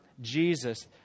Jesus